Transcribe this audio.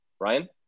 Ryan